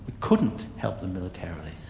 couldn't help them militarily.